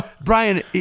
Brian